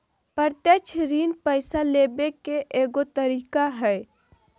प्रत्यक्ष ऋण पैसा लेबे के एगो तरीका हइ